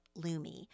Lumi